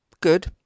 good